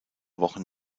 wochen